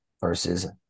versus